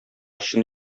чын